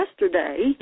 yesterday